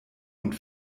und